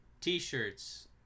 T-shirts